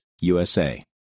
USA